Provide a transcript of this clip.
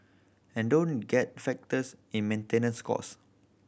and don't get factors in maintenance cost